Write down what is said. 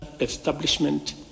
Establishment